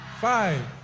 Five